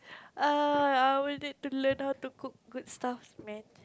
err I will need to learn how to cook good stuff man